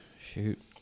shoot